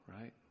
right